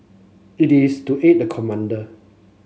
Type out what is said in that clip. it is to aid the commander